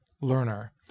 learner